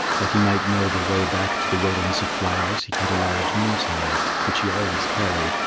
that he might know the way back to the wilderness of flowers, he cut a large moose hide, which he always carried,